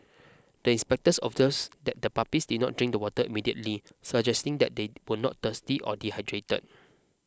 the inspectors observed that the puppies did not drink the water immediately suggesting that they were not thirsty or dehydrated